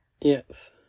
yes